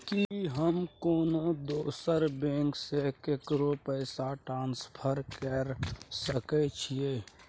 की हम कोनो दोसर बैंक से केकरो पैसा ट्रांसफर कैर सकय छियै?